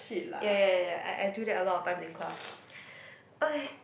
ya ya ya ya I I do that a lot of times in class okay